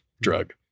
drug